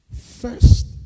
First